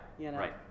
right